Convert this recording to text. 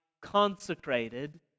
consecrated